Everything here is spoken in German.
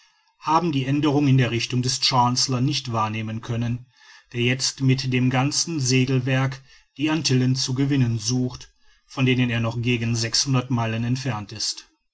haben die aenderung in der richtung des chancellor nicht wahrnehmen können der jetzt mit dem ganzen segelwerk die antillen zu gewinnen sucht von denen er noch gegen meilen entfernt ist